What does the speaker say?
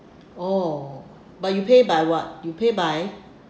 oh but you pay by what you pay by